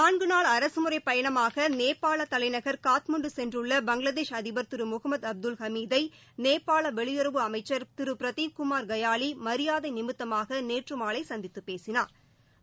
நான்கு நாள் அரகமுறைப் பயணமாக நேபாள தலைநகர் காட்மாண்டு சென்றுள்ள பங்ளாதேஷ் அதிபர் திரு முகமது அப்துல் ஹமீதை நேபாள வெளியுறவு அமைச்ச் திரு பிரதீப் குமார் கயாலி மரியாதை நிமித்தமாக நேற்று மாலை சந்தித்து பேசினாா்